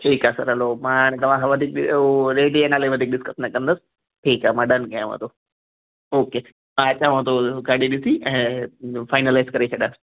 ठीकु आहे sir hello मां हाणे तव्हांखां वधीक डि ओ रेडिए नाले वधीक डिस्कस न कंदुसि ठीकु आहे मां डन कयांव थो ओके मां अचांव थो गाॾी ॾिसी ऐं फ़ाइनलाइज़ करे छॾांसि